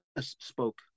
spoke